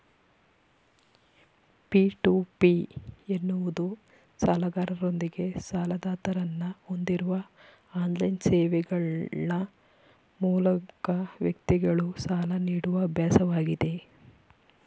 P to P ಎನ್ನುವುದು ಸಾಲಗಾರರೊಂದಿಗೆ ಸಾಲದಾತರನ್ನ ಹೊಂದಿಸುವ ಆನ್ಲೈನ್ ಸೇವೆಗ್ಳ ಮೂಲಕ ವ್ಯಕ್ತಿಗಳು ಸಾಲ ನೀಡುವ ಅಭ್ಯಾಸವಾಗಿದೆ